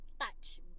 touch